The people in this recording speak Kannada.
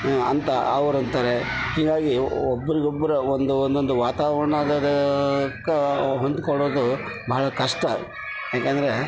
ಅಂತ ಅವ್ರು ಅಂತಾರೆ ಹೀಗಾಗಿ ಒಬ್ರಿಗೊಬ್ಬರು ಒಂದು ಒಂದೊಂದು ವಾತಾವರ್ಣದ ಕ ಹೊಂದಿಕೊಳ್ಳೋದು ಬಹಳ ಕಷ್ಟ ಯಾಕಂದರೆ